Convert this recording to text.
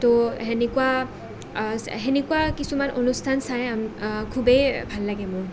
তো সেনেকুৱা সেনেকুৱা কিছুমান অনুষ্ঠান চাই খুবেই ভাল লাগে মোৰ